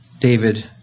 David